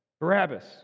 Barabbas